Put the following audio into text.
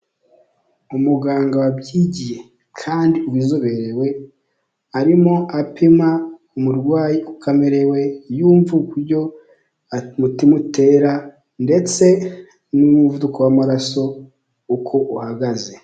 Umuganga wabyigiye kandi ubizoberewe arimo apima umurwayi ukamerewe yumva uburyo umutima utera ndetse n'umuvuduko w'amaraso uko uhagaze.